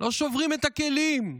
לא שוברים את הכלים.